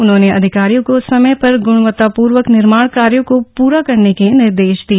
उन्होंने अधिकारियों को समय पर ग्रणवत्तापूर्वक निर्माण कार्यों को पूरा करने के निर्देश दिए